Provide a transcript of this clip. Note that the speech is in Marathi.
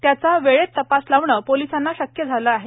त्याचा वेळेत तपास लावणे पोलिसांना शक्य झाले आहे